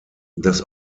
das